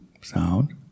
sound